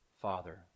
Father